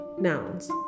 nouns